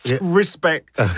respect